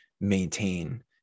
maintain